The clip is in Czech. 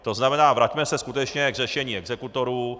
To znamená, vraťme se skutečně k řešení exekutorů.